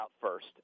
first